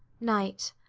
night.